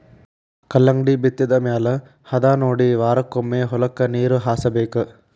ಕಲ್ಲಂಗಡಿ ಬಿತ್ತಿದ ಮ್ಯಾಲ ಹದಾನೊಡಿ ವಾರಕ್ಕೊಮ್ಮೆ ಹೊಲಕ್ಕೆ ನೇರ ಹಾಸಬೇಕ